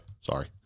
sorry